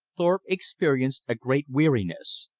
thorpe experienced a great weariness.